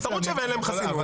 לערוץ 7 אין חסינות,